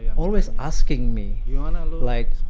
always asking me, yeah ah and like,